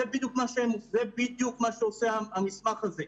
זה בדיוק מה שעושה המסמך הזה.